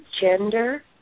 gender